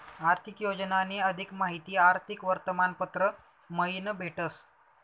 आर्थिक योजनानी अधिक माहिती आर्थिक वर्तमानपत्र मयीन भेटस